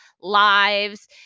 lives